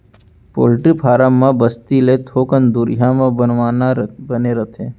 poultry farm ल बस्ती ले थोकन दुरिहा म बनवाना बने रहिथे